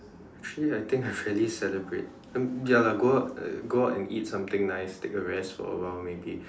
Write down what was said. actually I think I rarely celebrate ya lah go out uh go out and eat something nice take a rest for awhile maybe